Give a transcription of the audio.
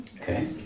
Okay